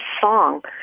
song